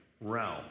realm